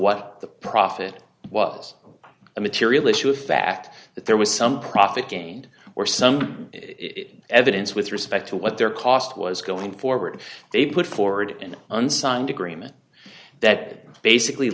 what the profit was a material issue of fact that there was some profit gained or some evidence with respect to what their cost was going forward they put forward an unsigned agreement that basically